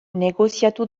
negoziatu